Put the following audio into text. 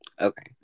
okay